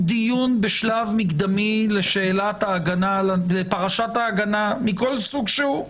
הוא דיון בשלב מקדמי לפרשת ההגנה מכל סוג שהוא.